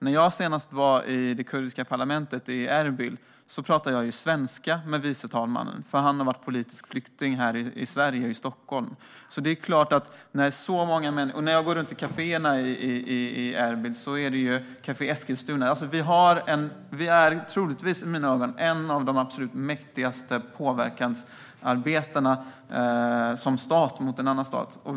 När jag senast var i det kurdiska parlamentet i Erbil pratade jag svenska med vice talmannen, för han har varit politisk flykting här i Sverige, i Stockholm. Och när jag går runt på kaféerna i Erbil kan något av dessa heta Kafé Eskilstuna. Vi är i mina ögon troligtvis bland de absolut mäktigaste påverkansarbetarna som stat mot en annan stat.